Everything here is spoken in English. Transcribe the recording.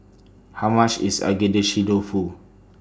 How much IS Agedashi Dofu